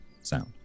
sound